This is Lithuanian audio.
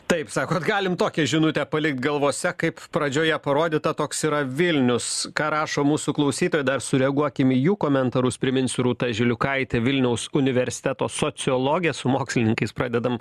taip sakot galim tokią žinutę palikt galvose kaip pradžioje parodyta koks yra vilnius ką rašo mūsų klausytojai dar sureaguokim į jų komentarus priminsiu rūta žiliukaitė vilniaus universiteto sociologė su mokslininkais pradedam